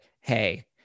hey